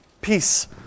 peace